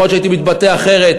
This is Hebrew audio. יכול להיות שהייתי מתבטא אחרת,